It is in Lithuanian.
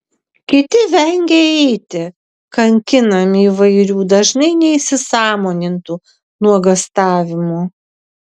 kiti vengia eiti kankinami įvairių dažnai neįsisąmonintų nuogąstavimų